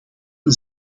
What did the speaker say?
een